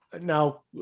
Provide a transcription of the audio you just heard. Now